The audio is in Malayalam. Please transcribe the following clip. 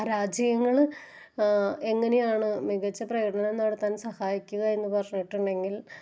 പരാജയങ്ങള് എങ്ങനെയാണ് മികച്ച പ്രകടനം നടത്താൻ സഹായിക്കുക എന്ന് പറഞ്ഞിട്ടുണ്ടെങ്കിൽ